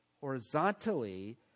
horizontally